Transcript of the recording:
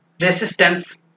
resistance